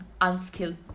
unskilled